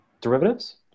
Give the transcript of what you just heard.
derivatives